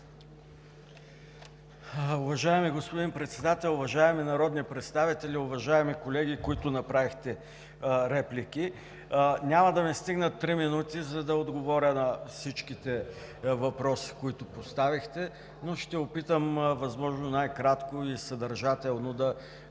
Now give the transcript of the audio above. Уважаеми господин Председател, уважаеми народни представители! Уважаеми колеги, които направихте реплики, няма да ми стигнат три минути, за да отговоря на всичките въпроси, които поставихте, но ще опитам възможно най-кратко и съдържателно да взема